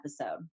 episode